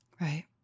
Right